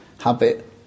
habit